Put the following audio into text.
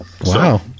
Wow